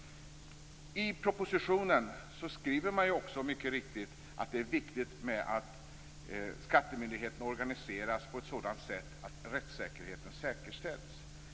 I propositionen skriver man också mycket riktigt att det är viktigt att skattemyndigheten organiseras på ett sådant sätt att rättssäkerheten säkerställs.